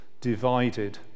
divided